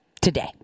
today